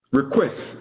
request